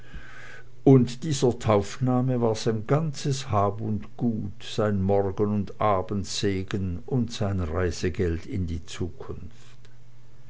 und dieser taufname war sein ganzes hab und gut sein morgen und abendsegen und sein reisegeld in die zukunft